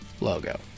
logo